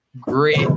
Great